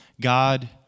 God